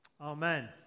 Amen